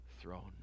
throne